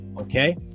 okay